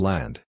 Land